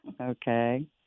okay